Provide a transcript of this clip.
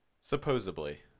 Supposedly